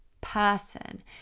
person